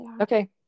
Okay